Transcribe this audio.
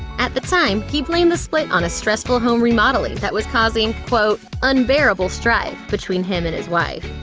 at the time, he blamed the split on a stressful home-remodeling that was causing, quote, unbearable strife between him and his wife.